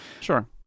Sure